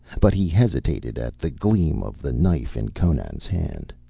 but he hesitated at the gleam of the knife in conan's hand.